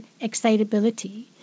excitability